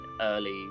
early